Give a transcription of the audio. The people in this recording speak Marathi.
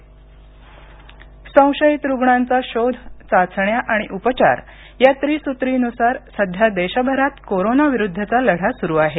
कोविड राष्ट्रीय संशयित रुग्णांचा शोध चाचण्या आणि उपचार या त्रिसूत्रीनुसार सध्या देशभरात कोरोना विरुद्धचा लढा सुरू आहे